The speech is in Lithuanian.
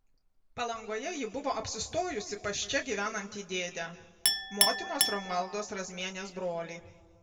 palangoje ji buvo apsistojusi pas čia gyvenantį dėdę motinos romualdos razmienės brolį